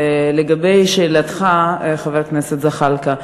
לגבי שאלתך, חבר הכנסת זחאלקה: